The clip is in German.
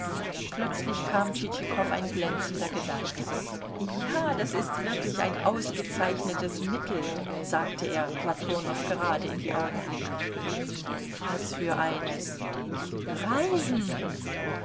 plötzlich kam tschitschikow ein glänzender gedanke ja das ist wirklich ein ausgezeichnetes mittel sagte er platonow gerade in die augen blickend was für eines reisen